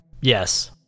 Yes